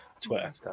Twitter